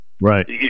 right